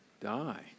die